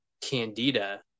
Candida